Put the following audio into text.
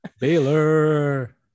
Baylor